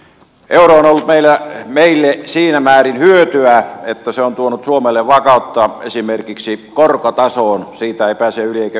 eurosta on ollut meille siinä määrin hyötyä että se on tuonut suomelle vakautta esimerkiksi korkotasoon siitä ei pääse yli eikä ympäri